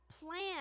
plan